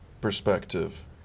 perspective